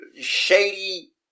shady